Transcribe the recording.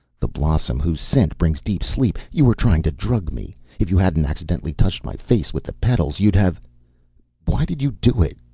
the blossom whose scent brings deep sleep. you were trying to drug me! if you hadn't accidentally touched my face with the petals, you'd have why did you do it?